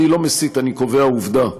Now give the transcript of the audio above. אני לא מסית, אני קובע עובדה.